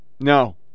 No